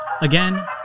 Again